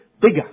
bigger